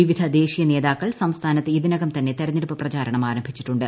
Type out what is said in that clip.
വിവിധ ദേശീയ നേതാക്കൾ സംസ്ഥാനത്ത് ഇതിനകം തന്നെ തിരഞ്ഞെടുപ്പ് പ്രചാരണം ആരംഭിച്ചിട്ടുണ്ട്